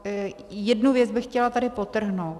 A jednu věc bych chtěla tady podtrhnout.